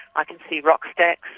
i can see rock stacks,